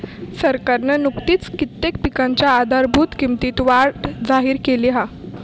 सरकारना नुकतीच कित्येक पिकांच्या आधारभूत किंमतीत वाढ जाहिर केली हा